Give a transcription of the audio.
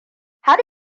har